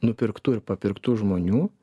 nupirktų ir papirktų žmonių